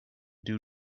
due